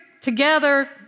together